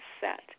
set